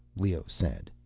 leoh said.